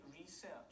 research